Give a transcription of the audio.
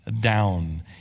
down